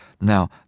Now